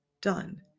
done